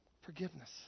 forgiveness